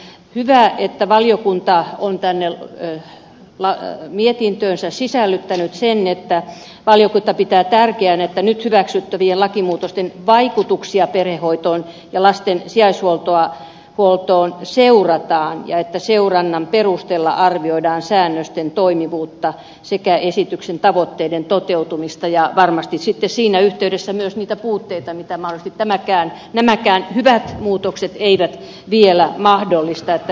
on hyvä että valiokunta on tänne mietintöönsä sisällyttänyt sen että valiokunta pitää tärkeänä että nyt hyväksyttävien lakimuutosten vaikutuksia perhehoitoon ja lasten sijaishuoltoon seurataan ja että seurannan perusteella arvioidaan säännösten toimivuutta sekä esityksen tavoitteiden toteutumista ja varmasti sitten siinä yhteydessä myös niitä puutteita mitä mahdollisesti nämäkään hyvät muutokset eivät vielä poista